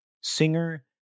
singer